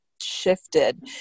shifted